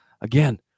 again